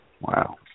Wow